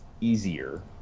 easier